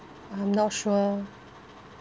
I'm not sure